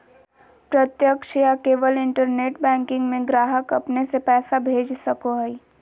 प्रत्यक्ष या केवल इंटरनेट बैंकिंग में ग्राहक अपने से पैसा भेज सको हइ